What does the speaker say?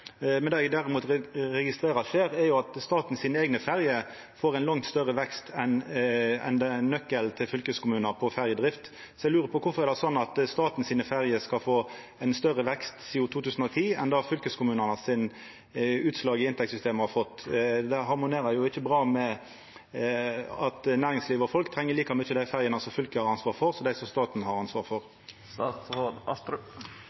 Det eg derimot registrerer at skjer, er at staten sine eigne ferjer får ein langt større vekst enn kostnadsnøkkelen til fylkeskommunen på ferjedrift. Eg lurar på kvifor det er slik at staten sine ferjer har fått ein større vekst sidan 2010 enn utslaga for inntektssystemet til fylkeskommunane har vore. Det harmonerer ikkje bra med at næringsliv og folk treng like mykje dei ferjene som fylket har ansvar for, som dei ferjene som staten har ansvar